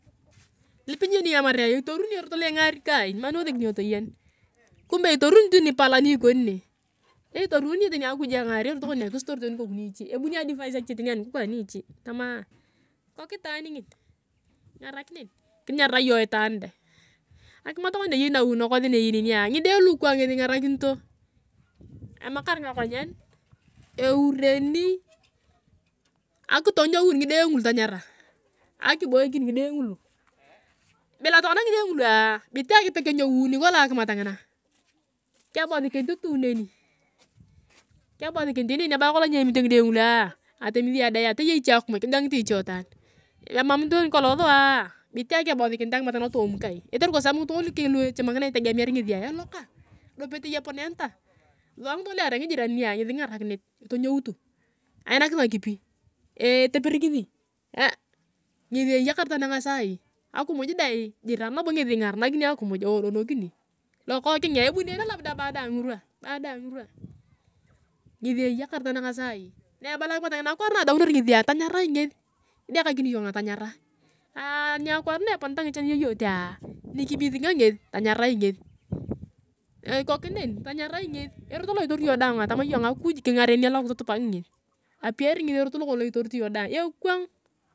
Lupe niyeni iyong atamarea itoruni erot lo engari kai na niwoseuini iyong toyen, kumbe itoruni tu nipala ni ikoni ne, ni itorunio tuni akuj engari erot konia kistour tani nikoku niche ebuni advice ache tani a nikoku anichi tamaa kok itaan ngin kingarak nen kinyara iyongitaan deng akimat mono na eyei nawi nakosi na eyei nenia ngide lukang ngesi ingarakinito, emakar ngakonyen eureni akitonyeun ngidee ngule tonyara akiboikin ngidea ngulu bila tokona ngide ngulua bitang pe kenyeuni tokona akimat ngina. Kebosikinit tu neni kebosikinit neni kerai kolong nyemito ngide ngulua atoyea ayong dengea toyei cha akimuj kigangite iche taan eman tani kolong sua bitang kebosikinit akimat ngina toomi kai kotere ngitunga lukeny luechamikina itegemiarit ngesi eloka dopetei eponeaneta sua ngitunga lua aria ngijiraninia ngesi kingarakinit etonyoutu ainakisi ngakipi eteperikisi ngesi eyakar tanang sai akumuj dae jiran nabo ngesi ingaranakini akimuj eodonokini, lokokeng ebunene labda bahada angirwa baada angirwa ngesi eyakar tanang sai, na ebala akimat ngina akwaar na ngesia tonyarae ngesi idekakin iyonga tanyarae ani adaunor na eponeta ngichan yeyotea nikimisinga ngesi tanyarae ngesi koki nen tanyarae ngesi erot loatori iyong danga tama iyong akuj kingaren alu kitutupak ngesiapiari ngesi erot lokon loaitorit iyong.